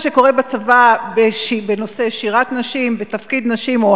מה שקורה בצבא בנושא שירת נשים ותפקיד נשים או